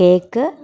cake